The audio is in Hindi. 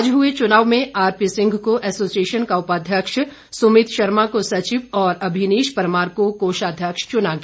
आज हुए चुनाव में आरपी सिंह को एसोसिएशन का उपाध्यक्ष सुमीत शर्मा को सचिव और अभिनीश परमार को कोषाध्यक्ष चुना गया